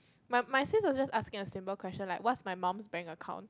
my my sis was just asking a simple question like what's my mum's bank account